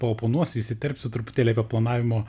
paoponuosiu įsiterpsiu truputėlį apie planavimo